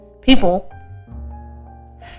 people